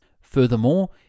Furthermore